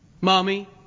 Mommy